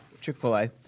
Chick-fil-A